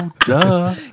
Duh